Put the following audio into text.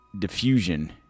diffusion